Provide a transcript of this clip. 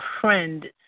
friend